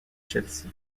chelsea